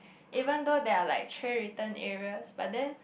even though there are like tray return areas but then